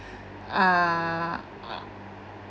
uh